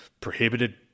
prohibited